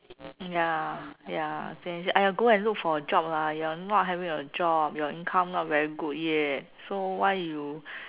ya ya then they say go and look for a job lah you are not having a job your income not very good yet then why you